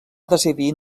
decidir